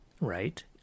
Right